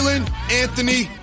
Anthony